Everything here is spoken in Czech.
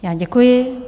Já děkuji.